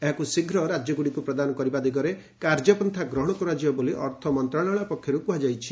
ଏହାକୁ ଶୀଘ୍ର ରାଜ୍ୟଗୁଡ଼ିକୁ ପ୍ରଦାନ କରିବା ଦିବଗରେ କାର୍ଯ୍ୟପନ୍ତା ଗ୍ରହଣ କରାଯିବ ବୋଲି ଅର୍ଥମନ୍ତ୍ରଶାଳୟ ପକ୍ଷରୁ କୁହାଯାଇଛି